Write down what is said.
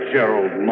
Gerald